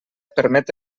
permet